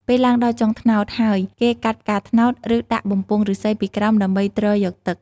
ពេលឡើងដល់ចុងត្នោតហើយ គេកាត់ផ្កាត្នោត ឬ ដាក់បំពង់ឫស្សីពីក្រោមដើម្បីទ្រយកទឹក។